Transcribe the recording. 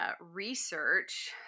research